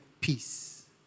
peace